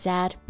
Sad